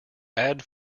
add